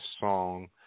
Song